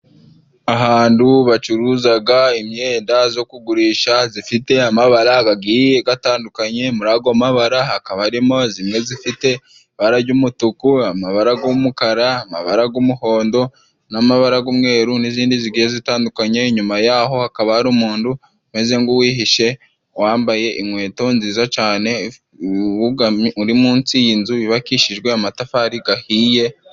Ahandu bacuruzaga imyenda zo kugurisha zifite amabara gagiye gatandukanye muri ago mabara hakaba harimo: zimwe zifite ibara jy'umutuku, amabara g'umukara ,amabara g'umuhondo, n'amabara g'umweru, n'izindi zigiye zitandukanye inyuma yaho hakaba hari umundu umeze ng'uwihishe wambaye inkweto nziza cane wugamye uri munsi y'inzu yubakishijwe amatafari gahiye...